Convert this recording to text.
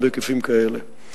יש עוד פרויקט שחשוב לדעת עליו.